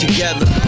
Together